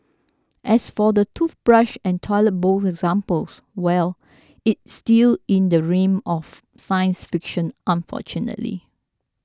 as for the toothbrush and toilet bowl examples well it's still in the realm of science fiction unfortunately